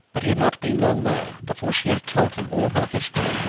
but he had not been long there before she had told him all her history,